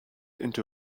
into